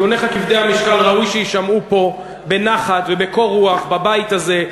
ראוי שיישמעו פה בנחת ובקור רוח בבית הזה,